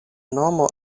nomo